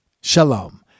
Shalom